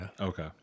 okay